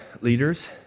leaders